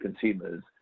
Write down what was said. consumers